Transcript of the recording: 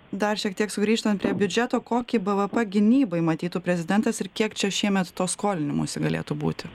dar šiek tiek sugrįžtant prie biudžeto kokį bvp gynybai matytų prezidentas ir kiek čia šiemet to skolinimosi galėtų būti